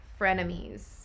Frenemies